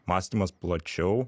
mąstymas plačiau